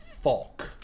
Falk